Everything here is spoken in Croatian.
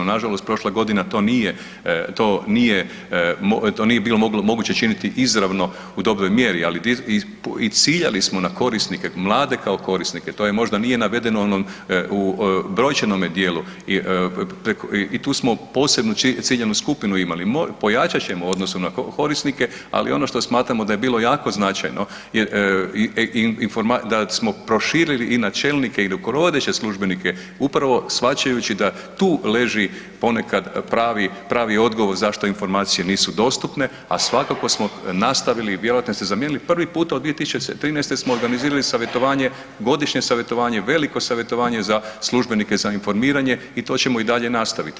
Nažalost prošla godina to nije bilo moguće činiti izravno u dobroj mjeri, ali i ciljali smo na korisnike, mlade kao korisnike, to je možda nije navedeno u brojčanome dijelu i tu smo posebnu ciljanu skupinu imali, pojačat ćemo u odnosu na korisnike, ali ono što smatramo da je bilo jako značajno, da smo proširili i na čelnike i rukovodeće službenike upravo shvaćajući da tu leži ponekad pravi odgovor zašto informacije nisu dostupne, a svakako smo nastavili i vjerojatno ste zamijenili, prvi puta od 2013. smo organizirali savjetovanje, godišnje savjetovanje, veliko savjetovanje za službenike za informiranje i to ćemo i dalje nastaviti.